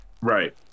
Right